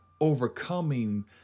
overcoming